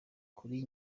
kuri